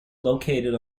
located